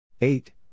eight